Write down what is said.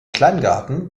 kleingarten